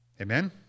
Amen